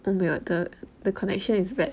the the connection is bad